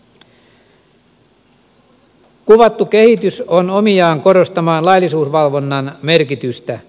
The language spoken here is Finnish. kuvattu kehitys on omiaan korostamaan laillisuusvalvonnan merkitystä